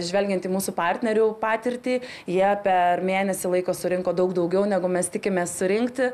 žvelgiant į mūsų partnerių patirtį jie per mėnesį laiko surinko daug daugiau negu mes tikimės surinkti